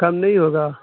کم نہیں ہوگا